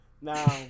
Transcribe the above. Now